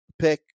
pick